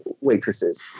waitresses